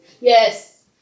Yes